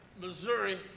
Missouri